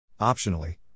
Optionally